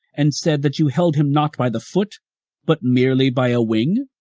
and said that you held him not by the foot but merely by a wing?